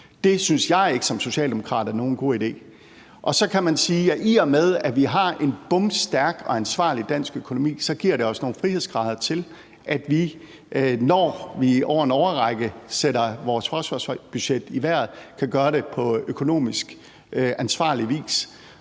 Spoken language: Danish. det synes jeg som socialdemokrat ikke er nogen god idé. Så kan man sige, at i og med at vi har en bomstærk og ansvarlig dansk økonomi, giver det os nogle frihedsgrader til, at vi, når vi over en årrække sætter vores forsvarsbudget i vejret, kan gøre det på en økonomisk ansvarlig vis,